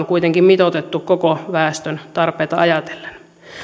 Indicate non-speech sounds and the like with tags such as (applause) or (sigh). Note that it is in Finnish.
(unintelligible) kuitenkin mitoitettu koko väestön tarpeita ajatellen sitten jäävät puolityhjilleen